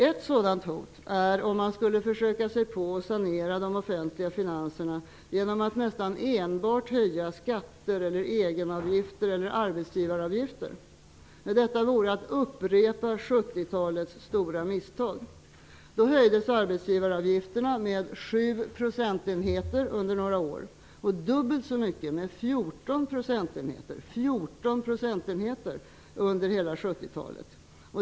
Ett sådan hot är om man skulle försöka sig på att sanera de offentliga finanserna genom att nästan enbart höja skatter, egenavgifter eller arbetsgivaravgifter. Detta vore att upprepa 70 talets stora misstag. Då höjdes arbetsgivaravgifterna med 7 procentenheter under några år, och med 14 procentenheter, dubbelt så mycket, under hela 70-talet.